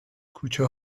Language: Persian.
کوچه